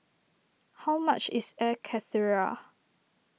how much is Air Karthira